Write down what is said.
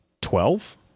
Twelve